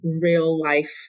real-life